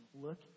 Look